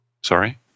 Sorry